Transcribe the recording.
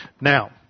Now